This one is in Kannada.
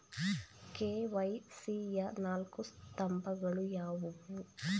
ಕೆ.ವೈ.ಸಿ ಯ ನಾಲ್ಕು ಸ್ತಂಭಗಳು ಯಾವುವು?